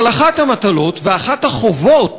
אבל אחת המטלות ואחת החובות